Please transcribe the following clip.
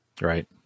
Right